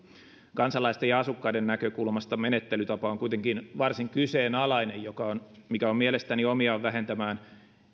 kansalaisten ja asukkaiden näkökulmasta menettelytapa on kuitenkin varsin kyseenalainen mikä on mielestäni omiaan vähentämään